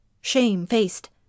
shame-faced